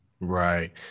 right